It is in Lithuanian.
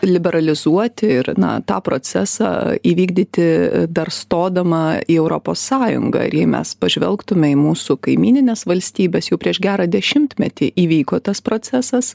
liberalizuoti ir na tą procesą įvykdyti dar stodama į europos sąjungą ir jei mes pažvelgtume į mūsų kaimynines valstybes jau prieš gerą dešimtmetį įvyko tas procesas